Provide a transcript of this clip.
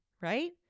right